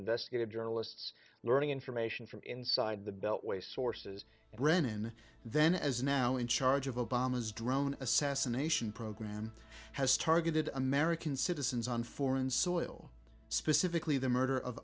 investigative journalists learning information from inside the beltway sources brennan then as now in charge of obama's drone assassination program has targeted american citizens on foreign soil specifically the murder of